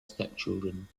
stepchildren